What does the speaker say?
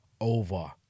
over